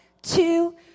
two